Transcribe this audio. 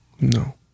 No